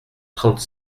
trente